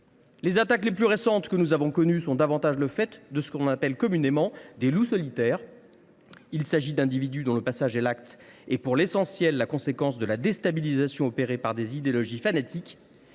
Les attaques les plus récentes sont le fait de ceux que l’on appelle communément des « loups solitaires ». Il s’agit d’individus dont le passage à l’acte est pour l’essentiel la conséquence de la déstabilisation opérée par des idéologies fanatiques